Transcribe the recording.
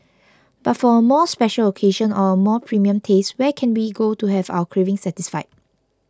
but for a more special occasion or a more premium taste where can we go to have our craving satisfied